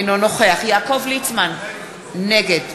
אינו נוכח יעקב ליצמן, נגד